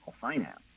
finance